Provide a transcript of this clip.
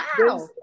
Wow